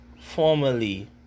formerly